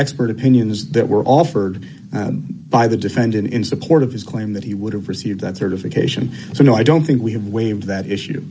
expert opinions that were offered by the defendant in support of his claim that he would have received that certification so no i don't think we have waived that issue